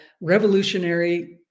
revolutionary